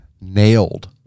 nailed